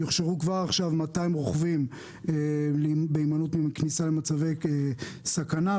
יוכשרו כבר עכשיו 200 רוכבים בהימנעות מכניסה למצבי סכנה,